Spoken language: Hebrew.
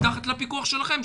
מתחת לפיקוח שלכם,